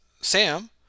Sam